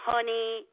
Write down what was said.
Honey